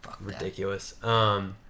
Ridiculous